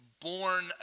born